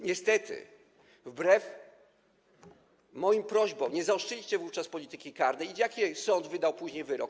Niestety wbrew moim prośbom nie zaostrzyliście wówczas polityki karnej i jaki sąd wydał później wyrok?